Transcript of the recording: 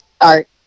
art